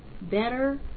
better